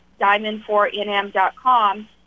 diamond4nm.com